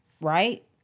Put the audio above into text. right